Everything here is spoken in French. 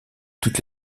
toutes